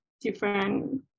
different